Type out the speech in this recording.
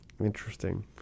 Interesting